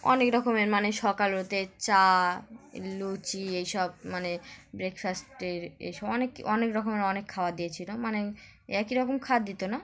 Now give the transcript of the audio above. অনেক রকমের মানে সকালে উঠে চা লুচি এইসব মানে ব্রেকফাস্টের এইসব অনেক অনেক রকমের অনেক খাবার দিয়েছিল মানে একই রকম খাবার দিত না